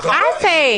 מה זה?